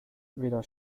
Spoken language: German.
weder